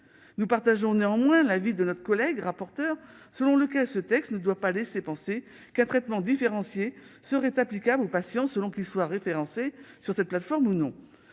nous abondons dans le sens de notre collègue rapporteur : ce texte ne doit pas laisser à penser qu'un traitement différencié serait applicable aux patients selon qu'ils soient référencés sur cette plateforme ou non.